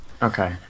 Okay